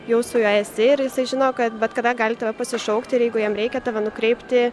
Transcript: jau su juo esi ir jisai žino kad bet kada gali tave pasišaukti ir jeigu jam reikia tave nukreipti